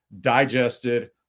digested